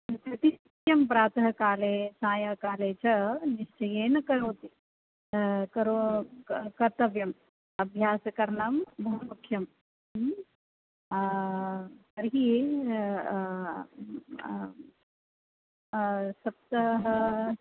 प्रतिनित्यं प्रातःकाले सायङ्काले च निश्चयेन करोति करो कर्तव्यम् अभ्यासकरणं बहु मुख्यं तर्हि सप्ताह